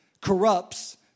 corrupts